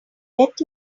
get